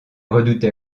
redoutait